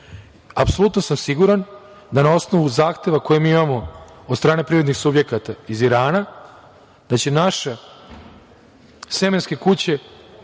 pozitivnu. Apsolutno sam siguran da na osnovu zahteva koji imamo od strane privrednih subjekata iz Irana, da će naše semenske kuće